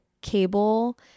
cable